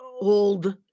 old